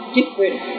different